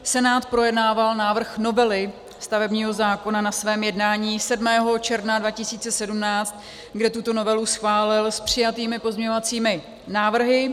Senát projednával návrh novely stavebního zákona na svém jednání 7. června 2017, kde tuto novelu schválil s přijatými pozměňovacími návrhy.